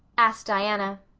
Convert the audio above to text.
asked diana.